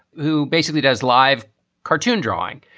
who basically does live cartoon drawing.